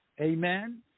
Amen